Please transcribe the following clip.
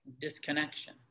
disconnection